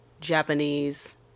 japanese